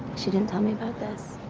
she didn't tell me about this.